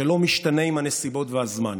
שלא משתנה עם הנסיבות והזמן,